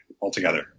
altogether